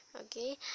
okay